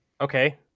okay